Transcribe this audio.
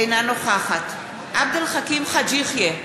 אינה נוכחת עבד אל חכים חאג' יחיא,